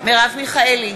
מרב מיכאלי,